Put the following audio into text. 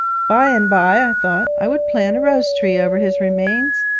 by-and-by, i thought, i would plant a rose-tree over his remains,